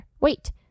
Wait